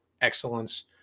excellence